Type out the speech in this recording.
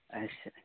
ᱟᱪᱪᱷᱟ